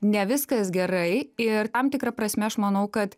ne viskas gerai ir tam tikra prasme aš manau kad